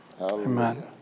Amen